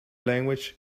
language